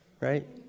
right